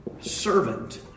servant